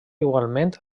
igualment